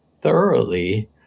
thoroughly